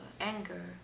anger